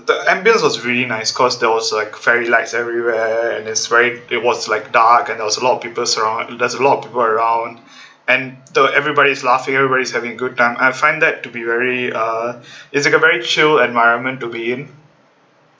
the ambience was really nice cause there was like fairy lights everywhere and is very it was like dark and there was a lot of people surround there was a lot of people around and the everybody's laughing everybody's having a good time I find that to be very uh is like a very chill environment to be in